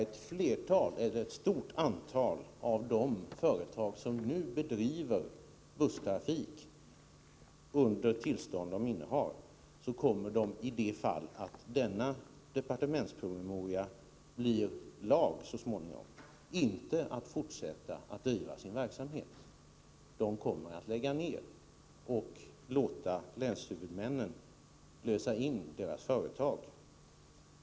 Ett stort antal av de företag som nu bedriver busstrafik med tillstånd som de innehar kommer, i det fall denna promemoria så småningom blir lag, inte att fortsätta att driva sin verksamhet. De kommer att lägga ner och låta länshuvudmännen lösa in deras företag.